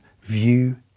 view